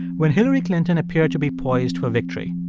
when hillary clinton appeared to be poised for victory.